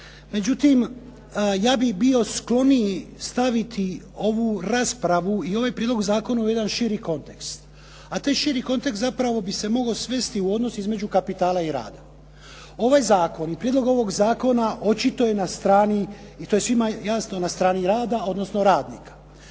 Međutim, ja bih bio skloniji staviti ovu raspravu i ovaj prijedlog zakona u jedan širi kontekst. A taj širi kontekst zapravo bi se mogao svesti u odnos između kapitala i rada. Ovaj zakon i prijedlog ovoga zakona očito je na strani i to je svima jasno na strani rada, odnosno radnika.